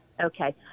Okay